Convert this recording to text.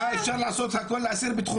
אם זה לא מותר, מה אפשר לעשות הכל לאסיר ביטחוני?